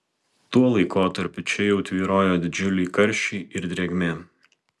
tuo laikotarpiu čia jau tvyrojo didžiuliai karščiai ir drėgmė